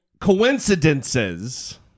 coincidences